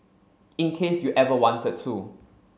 in case you ever wanted to